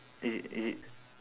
is it is it